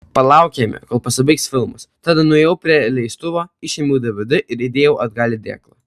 palaukėme kol pasibaigs filmas tada nuėjau prie leistuvo išėmiau dvd ir įdėjau atgal į dėklą